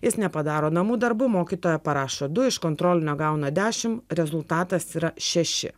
jis nepadaro namų darbų mokytoja parašo du iš kontrolinio gauna dešimt rezultatas yra šeši